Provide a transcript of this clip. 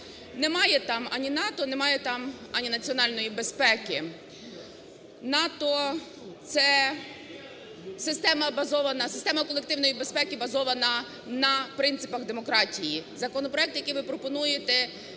Немає там ані НАТО, немає там ані національної безпеки. НАТО – це система, базована… система колективної безпеки базована на принципах демократії. Законопроект, який ви пропонуєте,